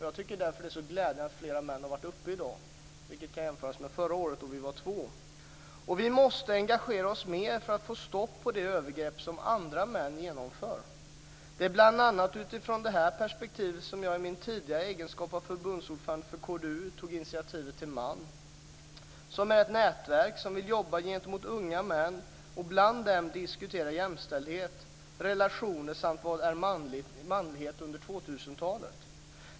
Jag tycker därför att det är glädjande att flera män har varit uppe i debatten i dag, vilket kan jämföras med förra året då vi var två. Vi måste engagera oss mer för att få stopp på de övergrepp som andra män genomför. Det är bl.a. utifrån detta perspektiv som jag i min tidigare egenskap av förbundsordförande för KDU tog initiativet till MAN, som är ett nätverk som vill jobba gentemot unga män och bland dem diskutera jämställdhet, relationer samt vad som är manlighet under 2000-talet.